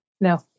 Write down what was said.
No